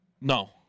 No